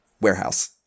Warehouse